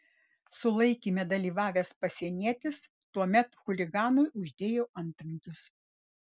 sulaikyme dalyvavęs pasienietis tuomet chuliganui uždėjo antrankius